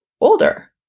older